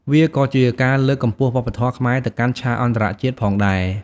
វាក៏ជាការលើកកម្ពស់វប្បធម៌ខ្មែរទៅកាន់ឆាកអន្តរជាតិផងដែរ។